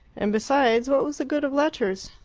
and, besides, what was the good of letters?